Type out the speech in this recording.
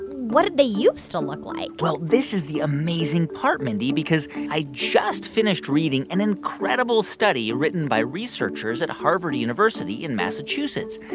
what did they used to look like? well, this is the amazing part, mindy, because i just finished reading an incredible study written by researchers at harvard university in massachusetts.